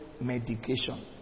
medication